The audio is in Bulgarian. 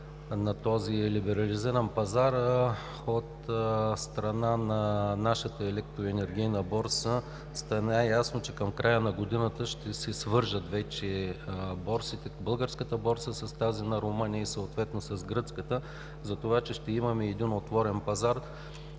на този либерализиран пазар. От страна на нашата електроенергийна борса стана ясно, че към края на годината ще се свържат вече борсите – българската борса с тази на Румъния, и съответно с гръцката, за това, че ще имаме един отворен пазар.